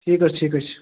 ٹھیٖک حظ ٹھیٖک حظ چھُ